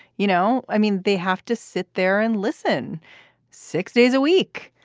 you know. i mean, they have to sit there and listen six days a week.